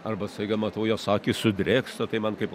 arba staiga matau jos akys sudrėksta tai man kaip